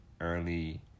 early